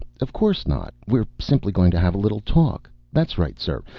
of course not. we're simply going to have a little talk. that's right, sir,